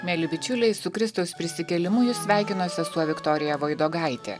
mieli bičiuliai su kristaus prisikėlimu jus sveikina sesuo viktorija voidogaitė